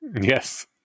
yes